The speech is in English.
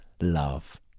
love